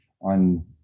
on